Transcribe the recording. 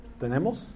¿Tenemos